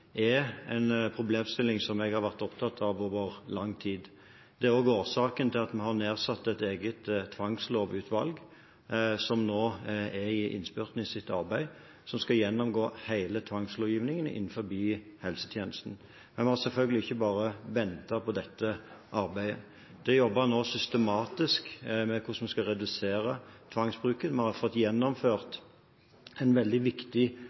er en problemstilling som jeg har vært opptatt av over lang tid. Det er også årsaken til at vi har nedsatt et eget tvangslovutvalg, som nå er i innspurten av sitt arbeid, og som skal gjennomgå hele tvangslovgivningen innen helsetjenesten. Men vi har selvfølgelig ikke bare ventet på dette arbeidet. Vi jobber nå systematisk med hvordan vi skal redusere tvangsbruken. Vi har fått gjennomført en veldig viktig